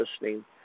listening